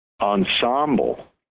ensemble